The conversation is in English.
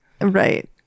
Right